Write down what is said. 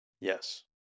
Yes